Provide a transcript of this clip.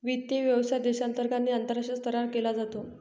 वित्त व्यवसाय देशांतर्गत आणि आंतरराष्ट्रीय स्तरावर केला जातो